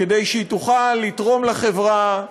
כדי שהיא תוכל לתרום לחברה,